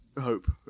hope